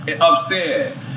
upstairs